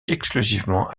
exclusivement